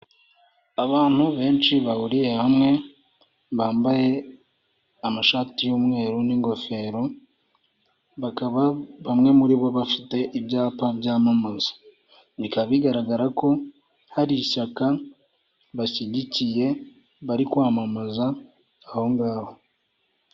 Abantu benshi bahuriye hamwe bambaye amashati y'umweru n'ingofero, bakaba bamwe muri bo bafite ibyapa byamamaza, bikaba bigaragara ko hari ishyaka bashyigikiye bari kwamamaza aho ngaho.